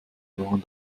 waren